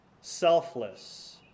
selfless